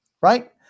right